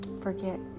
forget